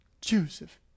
joseph